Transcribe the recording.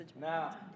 Now